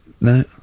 No